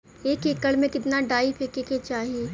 एक एकड़ में कितना डाई फेके के चाही?